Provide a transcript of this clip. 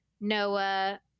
Noah